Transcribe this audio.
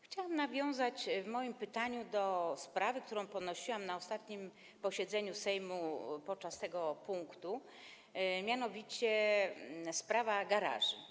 Chciałabym nawiązać w moim pytaniu do sprawy, którą podnosiłam na ostatnim posiedzeniu Sejmu w przypadku tego punktu, mianowicie do sprawy garaży.